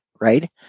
right